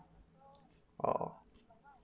orh